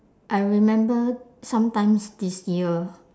I remember sometimes this year